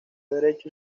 derecho